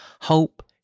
hope